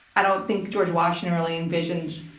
i don't think george washington really envisioned.